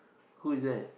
who is it